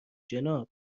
جناب